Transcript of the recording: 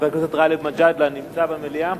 חבר הכנסת גאלב מג'אדלה נמצא במליאה?